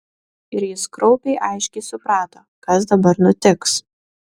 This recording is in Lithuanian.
ir jis kraupiai aiškiai suprato kas dabar nutiks